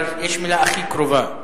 אבל יש מלה הכי קרובה שהיא: